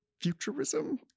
futurism